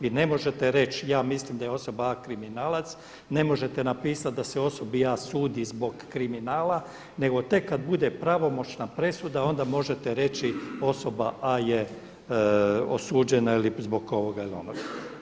Vi ne možete reći da je osoba A kriminalac ne možete napisati da se osobi A sudi zbog kriminala nego tek kada bude pravomoćna presuda onda možete reći osoba A je osuđena ili zbog ovoga ili onoga.